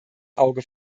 auge